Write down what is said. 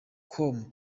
com